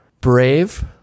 Brave